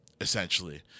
essentially